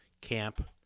camp